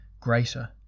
greater